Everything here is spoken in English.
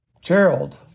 Gerald